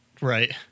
Right